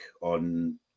on